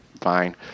fine